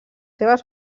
seves